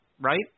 right